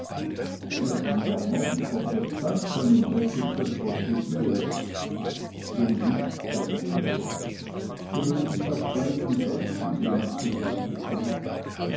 nach dem jammern kömmt das zanken und endlich das prozedieren wo liegt der fehler gewöhnlich auf beiden seiten wie man zu sagen pflegt